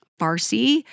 Farsi